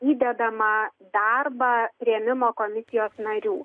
įdedamą darbą priėmimo komisijos narių